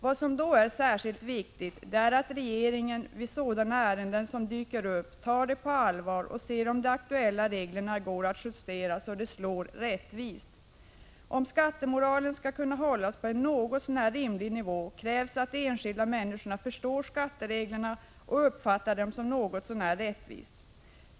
Vad som då är särskilt viktigt är att regeringen tar varje sådant ärende som dyker upp på allvar och ser om de aktuella reglerna går att justera så att de slår rättvist. Om skattemoralen skall kunna hållas på en någorlunda rimlig nivå krävs att de enskilda människorna förstår skattereglerna och uppfattar dem som något så när rättvisa.